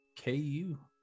KU